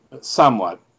somewhat